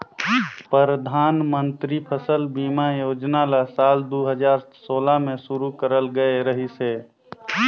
परधानमंतरी फसल बीमा योजना ल साल दू हजार सोला में शुरू करल गये रहीस हे